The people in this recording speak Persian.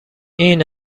این